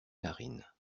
narines